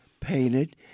painted